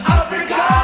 africa